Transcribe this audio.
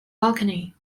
balcony